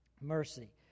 mercy